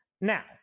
Now